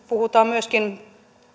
puhutaan myöskin